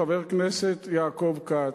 חבר הכנסת יעקב כץ,